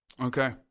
okay